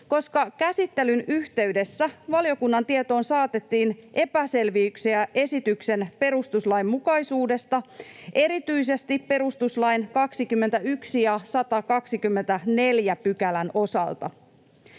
koska käsittelyn yhteydessä valiokunnan tietoon saatettiin epäselvyyksiä esityksen perustuslainmukaisuudesta erityisesti perustuslain 21 ja 124 §:n osalta.